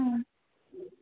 हूँ